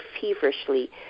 feverishly